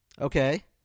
Okay